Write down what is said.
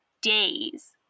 days